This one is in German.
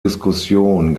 diskussion